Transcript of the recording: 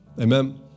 Amen